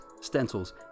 stencils